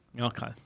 Okay